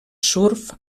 surf